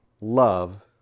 Love